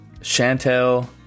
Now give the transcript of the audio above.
Chantel